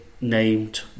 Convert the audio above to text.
named